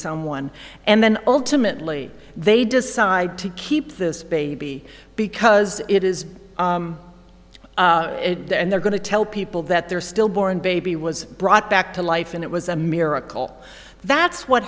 someone and then ultimately they decide to keep this baby because it is and they're going to tell people that they're still born baby was brought back to life and it was a miracle that's what